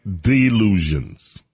delusions